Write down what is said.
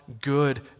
good